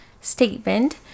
statement